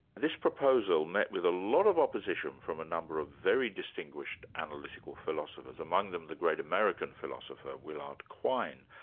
this proposal met with a lot of opposition from a number of very distinguished analytical philosophers, among them the great american philosopher, willard quine.